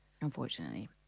unfortunately